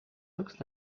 looks